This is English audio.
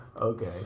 Okay